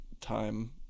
time